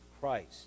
Christ